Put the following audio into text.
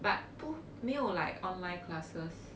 but 不没有 like online classes